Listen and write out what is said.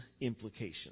implications